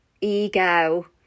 ego